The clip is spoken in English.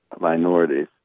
minorities